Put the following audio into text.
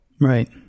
Right